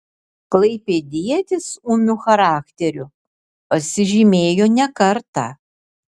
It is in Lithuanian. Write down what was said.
klaipėdietis ūmiu charakteriu pasižymėjo ne kartą